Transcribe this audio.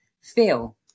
feel